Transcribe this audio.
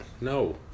No